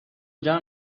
جمع